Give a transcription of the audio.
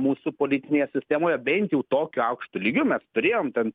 mūsų politinėje sistemoje bent jau tokiu aukštu lygiu mes turėjom ten